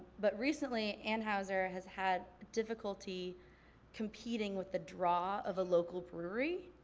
but recently anheuser has had difficulty competing with the draw of a local brewery.